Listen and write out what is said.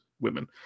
women